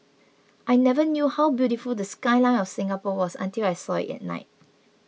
I never knew how beautiful the skyline of Singapore was until I saw it at night